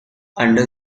under